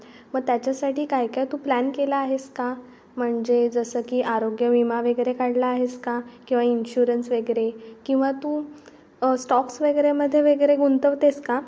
मग त्याच्यासाठी काय काय तू प्लॅन केला आहेस का म्हणजे जसं की आरोग्यविमा वगैरे काढला आहेस का किंवा इन्श्युरन्स वगैरे किंवा तू स्टॉक्स वगैरेमध्ये वगैरे गुंतवतेस का